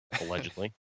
allegedly